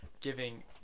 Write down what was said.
giving